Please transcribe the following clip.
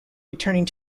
returning